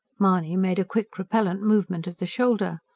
mahony made a quick, repellent movement of the shoulder.